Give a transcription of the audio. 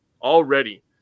Already